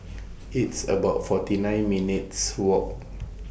It's about forty nine minutes' Walk